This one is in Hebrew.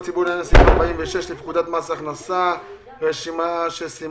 ציבור לעניין סעיף 46 לפקודת מס הכנסה רשימה שסימנה